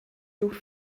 lur